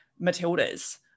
Matildas